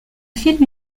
film